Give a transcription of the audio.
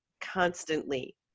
constantly